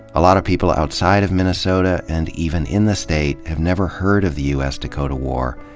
a lot of people outside of minnesota, and even in the state, have never heard of the u s. dakota war,